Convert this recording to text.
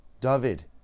David